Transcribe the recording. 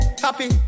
happy